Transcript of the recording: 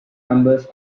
numbers